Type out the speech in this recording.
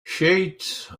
sheets